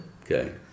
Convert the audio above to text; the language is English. Okay